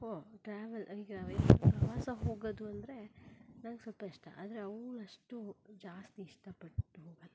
ಹೋ ಟ್ರಾವೆಲ್ ಈಗ ಪ್ರವಾಸ ಹೊಗೋದು ಅಂದರೆ ನನ್ಗೆ ಸ್ವಲ್ಪ ಇಷ್ಟ ಆದರೆ ಅವ್ಳು ಅಷ್ಟು ಜಾಸ್ತಿ ಇಷ್ಟಪಟ್ಟು ಹೋಗೋಲ್ಲ